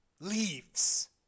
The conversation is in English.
leaves